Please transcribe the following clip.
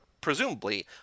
presumably